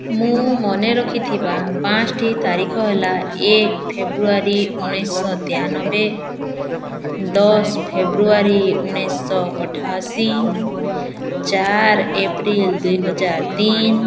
ମୁଁ ମନେ ରଖିଥିବା ପାଞ୍ଚଟି ତାରିଖ ହେଲା ଏକ ଫେବୃଆରୀ ଉଣେଇଶହ ତେୟାନବେ ଦଶ ଫେବୃଆରୀ ଉଣେଇଶହ ଅଠାଅଶୀ ଚାରି ଏପ୍ରିଲ ଦୁଇ ହଜାର ତିନି